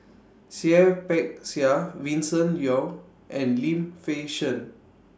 Seah Peck Seah Vincent Leow and Lim Fei Shen